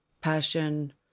passion